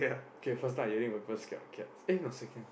okay first time I heard people scared of cats eh no second